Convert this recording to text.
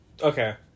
Okay